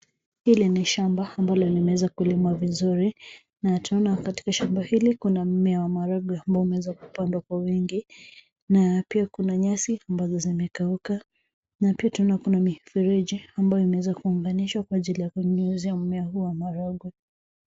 Hili ni shamba ambalo limeweza kulimwa vizuri na tunaona katika shamba hili kuna mmea wa maharagwe ambao umeweza kupandwa kwa wingi na pia kuna nyasi ambazo zimekauka na pia tunaona kuna mifereji ambayo imeweza kuunganishwa kwa ajili ya kunyunyizia mmea huu wa maharagwe.